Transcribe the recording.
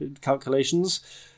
calculations